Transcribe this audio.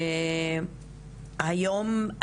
היום,